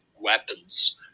weapons